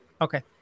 Okay